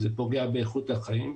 זה פוגע באיכות החיים.